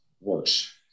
works